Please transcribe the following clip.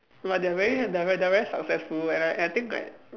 !wah! they are very they're very they're very successful and and I think like